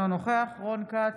אינו נוכח רון כץ,